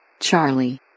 Charlie